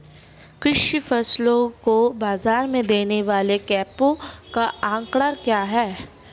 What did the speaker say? कृषि फसलों को बाज़ार में देने वाले कैंपों का आंकड़ा क्या है?